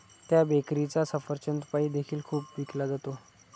त्या बेकरीचा सफरचंद पाई देखील खूप विकला जातो